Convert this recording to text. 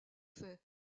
faits